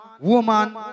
woman